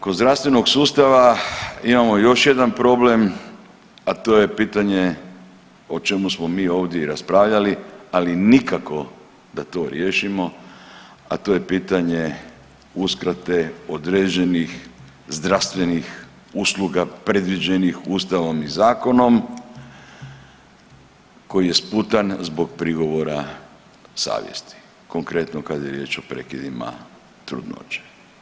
Kod zdravstvenog sustava imamo još jedan problem, a to je pitanje o čemu smo mi ovdje raspravljali, ali nikako da to riješimo, a to je pitanje uskrate određenih zdravstvenih usluga predviđenih ustavom i zakonom koji je sputan zbog prigovora savjesti, konkretno kada je riječ o prekidima trudnoće.